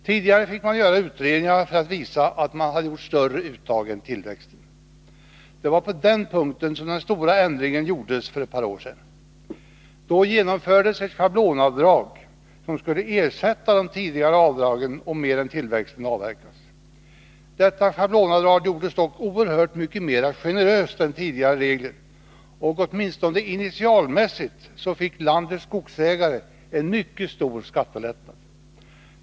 Tidigare fick man göra utredningar för att visa att man gjort större uttag än tillväxten. Det var på denna punkt som den stora ändringen gjordes för ett par år sedan. Då genomfördes ett schablonavdrag, som skulle ersätta de tidigare avdragen om mera än tillväxten avverkades. Detta schablonavdrag gjordes dock oerhört mycket mera generöst än tidigare regler, och åtminstone initialmässigt fick landets skogsägare en mycket stor skattelättnad.